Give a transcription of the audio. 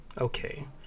okay